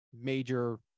major